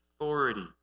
authority